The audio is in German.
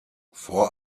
vor